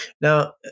Now